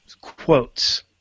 quotes